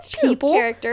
people